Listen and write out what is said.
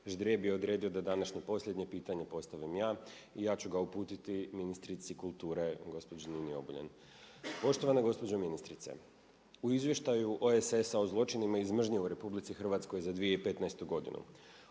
Ždrijeb je odredio da današnje posljednje pitanje postavim ja i ja ću ga uputiti ministrici kulture gospođi Nini Obuljen. Poštovana gospođo ministrice, u izvještaju OESS-a o zločinima iz mržnje u RH za 2015. godinu